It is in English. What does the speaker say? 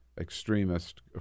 extremist